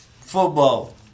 football